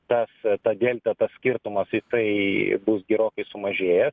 tas ta delta tas skirtumas jisai bus gerokai sumažėjęs